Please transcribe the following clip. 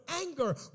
anger